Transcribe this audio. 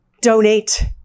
donate